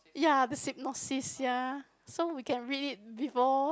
ya the synopsis ya so we can read it before